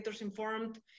informed